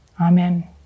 Amen